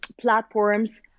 platforms